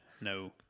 No